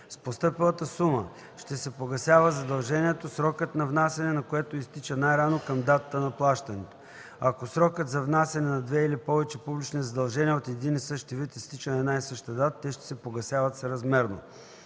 С постъпилата сума ще се погасява задължението, срокът за внасяне на което изтича най-рано към датата на плащането. Ако срокът за внасяне на две или повече публични задължения от един и същ вид изтича на една и съща дата, те ще се погасяват съразмерно.